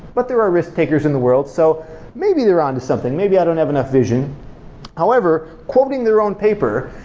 but there are risk takers in the world, so maybe they're onto something, maybe i don't have enough vision however, quoting their own paper,